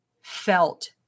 felt